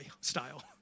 style